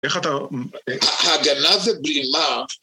איך אתה.. הגנה זה בלימה